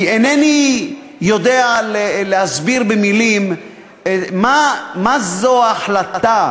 כי אינני יודע להסביר במילים מה זו ההחלטה